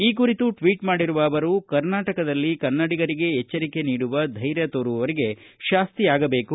ಈ ಕುರಿತು ಟ್ವೀಟ್ ಮಾಡಿರುವ ಅವರು ಕರ್ನಾಟಕದಲ್ಲಿ ಕನ್ನಡಿಗರಿಗೇ ಎಚ್ಚರಿಕೆ ನೀಡುವ ಧೈರ್ಯ ತೋರುವವರಿಗೆ ಶಾಸ್ತಿಯಾಗಬೇಕು